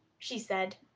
she said.